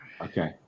okay